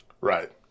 Right